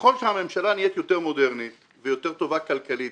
ככל שהממשלה נהיית יותר מודרנית ויותר טובה כלכלית,